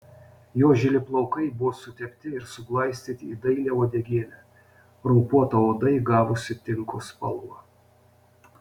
jo žili plaukai buvo sutepti ir suglaistyti į dailią uodegėlę raupuota oda įgavusi tinko spalvą